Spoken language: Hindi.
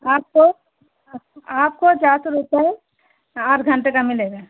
आपको आपको चार साै रुपये आठ घंटे का मिलेगा